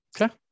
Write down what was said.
Okay